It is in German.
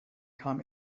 kam